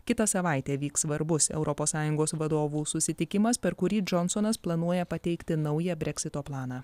kitą savaitę vyks svarbus europos sąjungos vadovų susitikimas per kurį džonsonas planuoja pateikti naują breksito planą